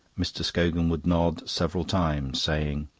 mr. scogan would nod several times, saying,